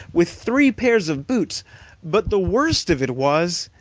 with three pairs of boots but the worst of it was,